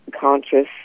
conscious